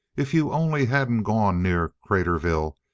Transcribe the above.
if you only hadn't gone near craterville!